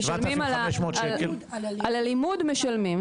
על הלימוד משלמים.